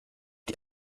die